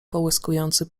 połyskujący